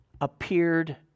appeared